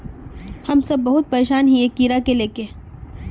हम सब बहुत परेशान हिये कीड़ा के ले के?